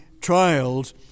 trials